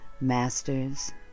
masters